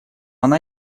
она